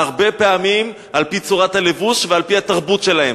הרבה פעמים בגלל צורת הלבוש ובגלל התרבות שלהם.